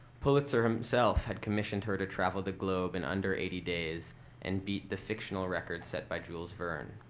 pulitzer himself had commissioned her to travel the globe in under eighty days and beat the fictional record set by jules verne.